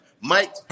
Mike